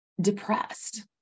depressed